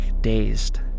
dazed